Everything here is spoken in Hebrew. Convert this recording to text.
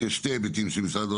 יש פה שני היבטים של האוצר,